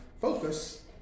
focus